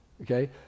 Okay